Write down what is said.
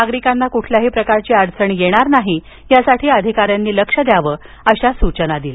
नागरिकांना कोणत्याही प्रकारची अडचण येणार नाही यासाठी अधिकाऱ्यांनी लक्ष द्यावं अशा सूचना त्यांनी दिल्या